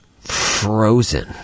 Frozen